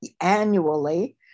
annually